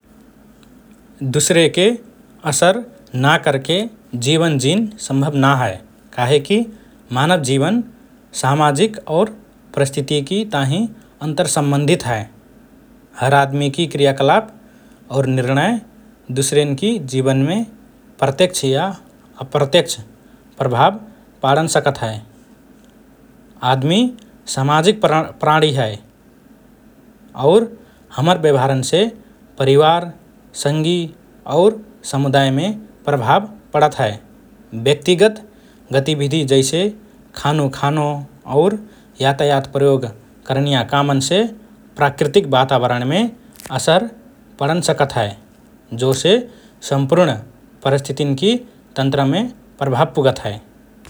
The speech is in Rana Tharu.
दुसरेके असर ना करके जीवन जीन सम्भव ना हए काहेकी मानव जीवन सामाजिक और परिस्थितिकी ताहिँ अन्तरसम्बन्धित हए । हर आदमिकि क्रियाकलाप और निर्णय दुसरेन्की जीवनमे प्रत्यक्ष या अप्रत्यक्ष प्रभाव पाडन सकत हए । आदमी सामाजिक प्रान्–प्राणी हएँ और हमर व्यवहारन्से परिवार, संगी और समुदायमे प्रभाव पडत हए । व्यक्तिगत गतिविधि जैसे खानु खानो और यातायात प्रयोग करनिया कामन्से प्राकृतिक वातावरणमे असर पडन सकत हए । जोसे सम्पूर्ण परिस्थितिन्की तन्त्रमे प्रभाव पुगत हए ।